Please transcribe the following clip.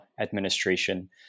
administration